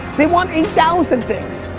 they want eight thousand things.